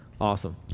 Awesome